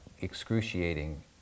excruciating